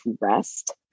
rest